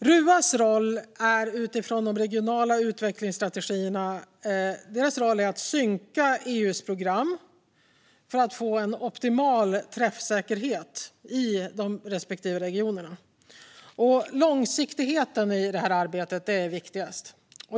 RUA:s roll är att synka de regionala utvecklingsstrategierna med EU:s program för att få optimal träffsäkerhet i respektive region. Långsiktighet är det viktigaste i det arbetet.